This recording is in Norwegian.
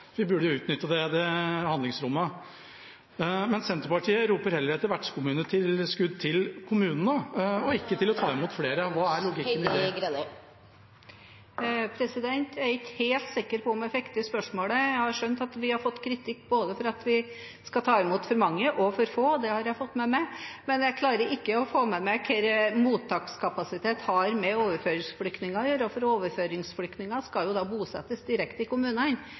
Vi burde utnytte det handlingsrommet. Men Senterpartiet roper heller etter vertskommunetilskudd til kommunene, og ikke etter å ta imot flere. Hva er logikken i det? Jeg er ikke helt sikker på om jeg fikk med meg spørsmålet. Jeg har skjønt at vi har fått kritikk for at vi skal ta imot både for mange og for få – det har jeg fått med meg. Men jeg klarer ikke å få med meg hva mottakskapasitet har med overføringsflyktninger å gjøre. For overføringsflyktninger skal bosettes direkte i kommunene,